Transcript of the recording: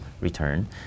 return